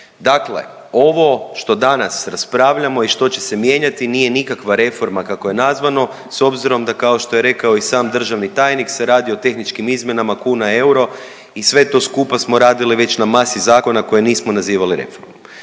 Dakle, ovo što danas raspravljamo i što će se mijenjati nije nikakva reforma kako je nazvano s obzirom da kao što je rekao i sam državni tajnik se radi o tehničkim izmjenama kuna euro i sve to skupa smo radili već na masi zakona koje nismo nazivali reformom.